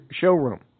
showroom